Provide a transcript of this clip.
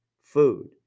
food